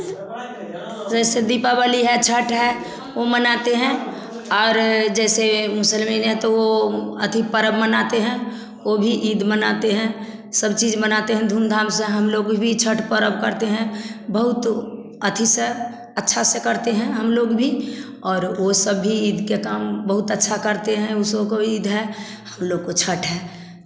जैसे दीपावली है छठ है वह मानते हैं और जैसे मुसलमान है तो वह अथी परब मनाते हैं वह भी ईद मनाते हैं सब चीज़ मनाते हैं धूम धाम से हम लोग भी छठ पर्व करते हैं बहुत अथी से अच्छे से करते हैं हम लोग भी और वह सब भी ईद के काम बहुत अच्छा करते हैं वह सब को ईद है हम लोग के छठ है